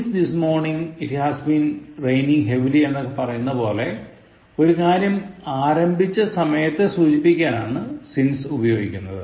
since this morning it has been raining heavily എന്നൊക്കെ പറയുന്നതുപോലെ ഒരു കാര്യം ആരംഭിച്ച സമയത്തെ സൂചിപ്പിക്കാനാണ് since ഉപയോഗിക്കുന്നത്